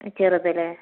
ചെറുത് അല്ലേ